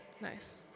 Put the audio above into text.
Nice